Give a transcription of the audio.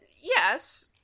yes